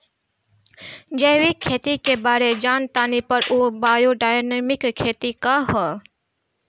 जैविक खेती के बारे जान तानी पर उ बायोडायनमिक खेती का ह?